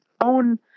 own